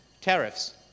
Tariffs